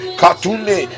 katune